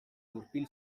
gurpil